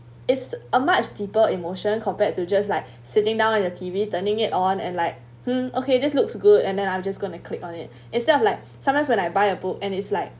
is a much deeper emotion compared to just like sitting down on your T_V turning it on and like hmm okay this looks good and then I'm just going to click on it instead of like sometimes when I buy a book and it's like